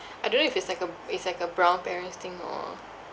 I don't know if it's like a it's like a brown parents thing or